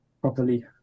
properly